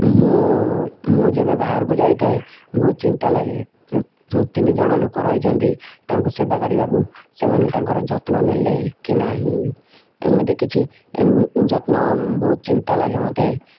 ମୁଁ ମୁଁ ଯେବେ ବାହାରକୁ ଯାଇଥାଏ ବହୁତ ଚିନ୍ତା ଲାଗେ ଯେଉଁ ତିନି ଜଣ ଲୋକ ରହିଛନ୍ତି ତାଙ୍କ ସେବା କରିବାକୁ ସେମାନେ ତାଙ୍କର ଯତ୍ନ ନେଲେ କି ନାହିଁ ଏମିତି କିଛି ଯତ୍ନ ବହୁତ ଚିନ୍ତା ଲାଗେ ମତେ